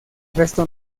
resto